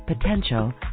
potential